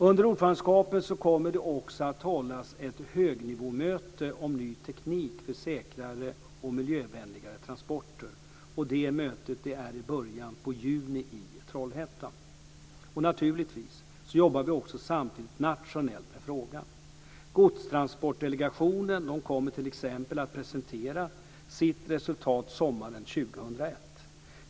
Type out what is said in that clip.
Under ordförandeskapet kommer det också att hållas ett högnivåmöte om ny teknik för säkrare och miljövänligare transporter. Det mötet sker i början av juni i Trollhättan. Naturligtvis jobbar vi också samtidigt nationellt med frågan. Godstransportdelegationen kommer t.ex. att presentera sitt resultat sommaren 2001.